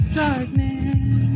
darkness